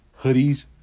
Hoodies